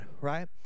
right